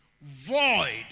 void